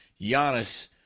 Giannis